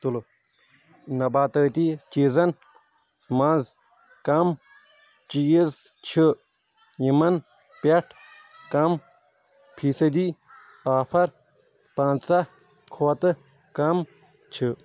نَباتٲتی چیٖزن مَنٛز کم چیٖز چھِ یِمَن پیٚٹھ کم فی صدی آفر پنٛژاہ کھۄتہٟ کَم چھ ؟